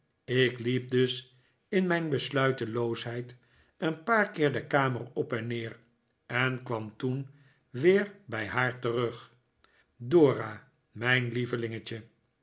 ik liep dus in mijn besluiteloosheid een paar keer de kamer op en neer en kwam toen weer bij haar terug dora mijn lievelingetje